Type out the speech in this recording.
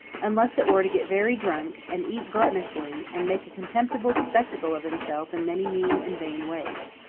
unless it were to get very drunk, and eat gluttonously, and make a contemptible spectacle of himself in many mean and vain ways.